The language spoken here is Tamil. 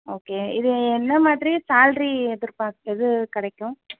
ஓகே இது என்ன மாதிரி சேல்ரி எதிர்பார்த்தது கிடைக்கும்